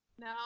No